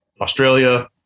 Australia